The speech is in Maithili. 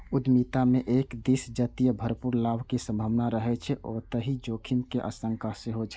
उद्यमिता मे एक दिस जतय भरपूर लाभक संभावना रहै छै, ओतहि जोखिम के आशंका सेहो